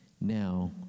now